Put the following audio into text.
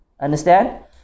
Understand